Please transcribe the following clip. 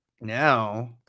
Now